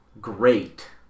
great